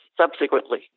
subsequently